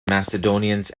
macedonians